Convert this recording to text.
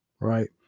Right